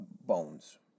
bones